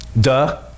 Duh